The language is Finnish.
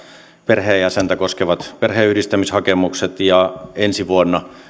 perheenjäsentä koskevat perheenyhdistämishakemukset ja ensi vuonna